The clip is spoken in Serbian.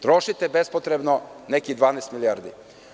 Trošite bespotrebno nekih 12 milijardi.